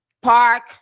park